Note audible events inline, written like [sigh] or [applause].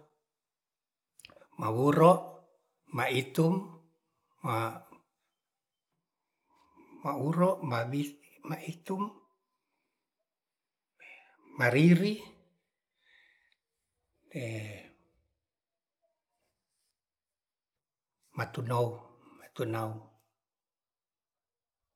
Mawuro ma itum ma uro ma itung ma riri [hesitation] ma tu nao ma tunao